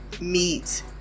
meat